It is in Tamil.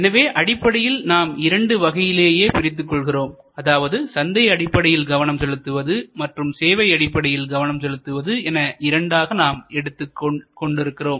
எனவே அடிப்படையில் நாம் இரண்டு வகையிலேயே பிரித்துக் கொள்கிறோம் அதாவது சந்தை அடிப்படையில் கவனம் செலுத்துவது மற்றும் சேவை அடிப்படையில் கவனம் செலுத்துவது என இரண்டாக நாம் எடுத்துக் கொண்டு இருக்கிறோம்